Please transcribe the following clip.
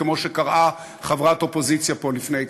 כמו שקראה חברת אופוזיציה פה לפני,